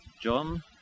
John